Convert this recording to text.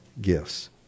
gifts